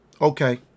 Okay